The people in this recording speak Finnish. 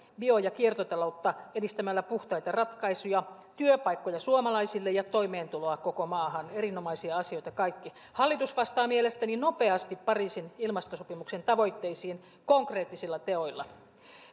bio ja kiertotaloutta edistämällä puhtaita ratkaisuja työpaikkoja suomalaisille ja toimeentuloa koko maahan erinomaisia asioita kaikki hallitus vastaa mielestäni nopeasti pariisin ilmastosopimuksen tavoitteisiin konkreettisilla teoilla